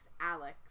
Alex